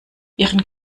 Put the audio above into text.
ihren